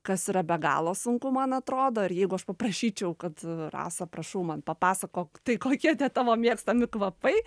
kas yra be galo sunku man atrodo ir jeigu aš paprašyčiau kad rasa prašau man papasakok tai kokie tie tavo mėgstami kvapai